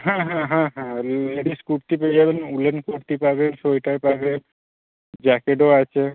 হ্যাঁ হ্যাঁ হ্যাঁ হ্যাঁ লেডিস কুর্তি পেয়ে যাবেন উলেন কুর্তি পাবে সোয়েটার পাবে জ্যাকেটও আছে